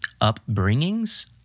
upbringings